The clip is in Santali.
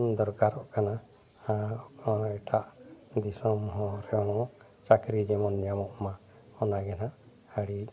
ᱫᱚᱨᱠᱟᱨᱚᱜ ᱠᱟᱱᱟ ᱟᱨ ᱮᱴᱟᱜ ᱫᱤᱥᱚᱢ ᱚᱱᱟ ᱪᱟᱹᱠᱨᱤ ᱡᱮᱢᱚᱱ ᱧᱟᱢᱚᱜ ᱢᱟ ᱚᱱᱟ ᱜᱮ ᱱᱟᱜ ᱟᱹᱰᱤ